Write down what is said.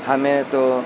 हमें तो